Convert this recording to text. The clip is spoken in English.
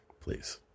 Please